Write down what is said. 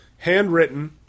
Handwritten